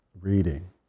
reading